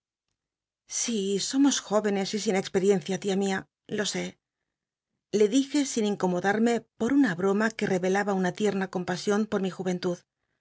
sí somos jóvenes y sin experiencia tia mia lo sé le dije sijl inco itlodarmc por una broma que revelaba una tierna compasión por mi